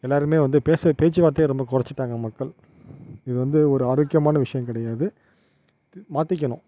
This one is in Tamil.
எல்லோருமே வந்து பேச பேச்சு வார்த்தையே ரொம்ப குறச்சிட்டாங்க மக்கள் இது வந்து ஒரு ஆரோக்கியமான விஷயம் கெடையாது இது மாற்றிக்கணும்